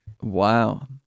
Wow